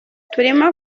turimo